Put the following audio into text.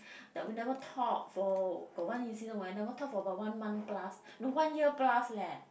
that we never talk for got one incident where never talk for about one month plus no one year plus leh